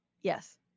Yes